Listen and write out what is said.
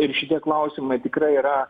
ir šitie klausimai tikrai yra